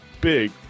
big